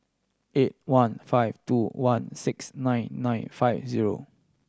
eight one five two one six nine nine five zero